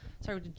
Sorry